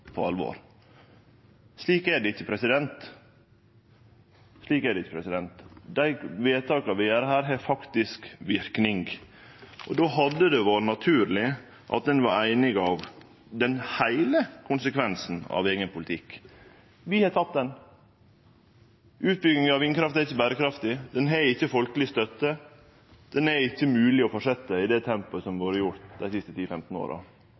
Slik er det ikkje. Dei vedtaka vi gjer her, har faktisk verknad. Då hadde det vore naturleg om ein hadde vore einig om den heile konsekvensen av eigen politikk. Den har vi teke. Utbygging av vindkraft er ikkje berekraftig. Det har ikkje folkeleg støtte. Det er ikkje mogleg å fortsetje i det tempoet ein har hatt dei siste 10–15 åra.